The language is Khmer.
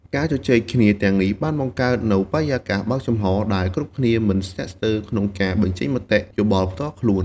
ការជជែកគ្នាទាំងនេះបានបង្កើតនូវបរិយាកាសបើកចំហរ ដែលគ្រប់គ្នាមិនស្ទាក់ស្ទើរក្នុងការបញ្ចេញមតិយោបល់ផ្ទាល់ខ្លួន។